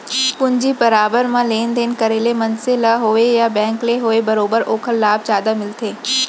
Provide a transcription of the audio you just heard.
पूंजी बजार म लेन देन करे ले मनसे ल होवय या बेंक ल होवय बरोबर ओखर लाभ जादा मिलथे